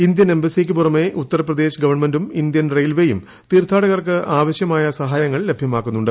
Indian എംബസിക്ക് പൂറ്റിമ് Uttar Pradesh ഗവൺമെന്റും Indian റെയിൽവേയും തീർത്ഥാട്കർക്ക് ആവശ്യമായ സഹായങ്ങൾ ലഭ്യമാക്കുന്നുണ്ട്